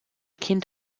kind